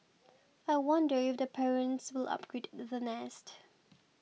I wonder if the parents will 'upgrade' the nest